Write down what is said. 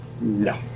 No